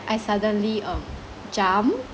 I suddenly um jump